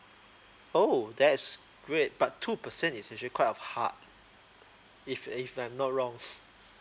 oh that's great but two percent is actually quite of hard if if I'm not wrong